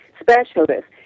specialists